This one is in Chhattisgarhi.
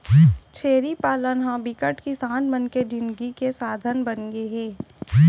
छेरी पालन ह बिकट किसान मन के जिनगी के साधन बनगे हे